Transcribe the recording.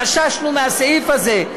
חששנו מהסעיף הזה,